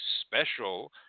special